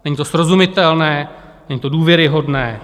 Není to srozumitelné, není to důvěryhodné.